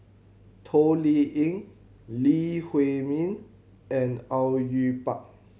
Toh Liying Lee Huei Min and Au Yue Pak